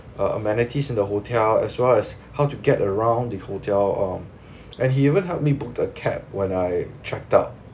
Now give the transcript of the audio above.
uh amenities in the hotel as well as how to get around the hotel um and he even help me booked a cab when I checked out